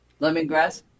Lemongrass